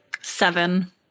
Seven